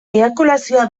eiakulazioa